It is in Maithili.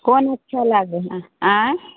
कोन अच्छा लागैए अँए